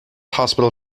hospital